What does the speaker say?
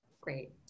Great